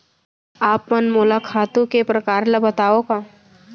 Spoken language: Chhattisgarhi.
आप मन मोला खातू के प्रकार ल बतावव?